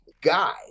guy